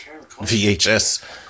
VHS